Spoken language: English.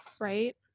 Right